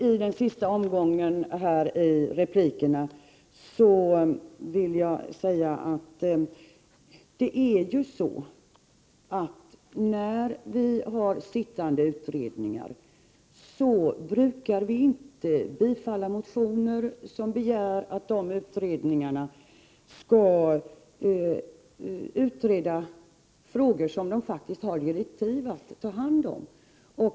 I den sista omgången av replikerna vill jag säga att när vi har sittande utredningar brukar vi inte bifalla motioner som begär att utredningarna skall utreda frågor som de faktiskt har direktiv att ta hand om.